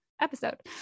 episode